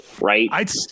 right